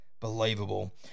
believable